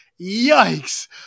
Yikes